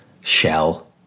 shell